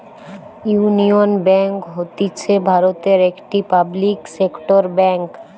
union Bank হতিছে ভারতের একটি পাবলিক সেক্টর বেঙ্ক